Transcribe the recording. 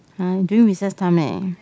!huh! during recess time eh